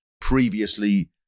previously